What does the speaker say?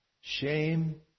shame